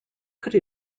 could